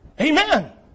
Amen